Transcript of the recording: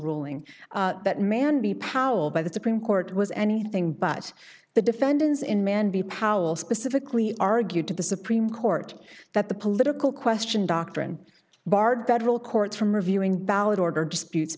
ruling that mandy powell by the supreme court was anything but the defendants in man b powell specifically argued to the supreme court that the political question doctrine barred federal courts from reviewing valid order disputes